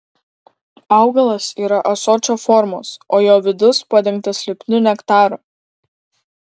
augalas yra ąsočio formos o jo vidus padengtas lipniu nektaru